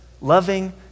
loving